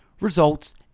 results